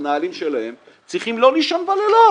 המנהלים שלהם צריכים לא לישון בלילות?